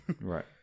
Right